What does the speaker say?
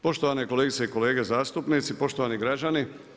Poštovane kolegice i kolege zastupnici, poštovani građani.